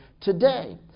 today